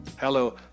Hello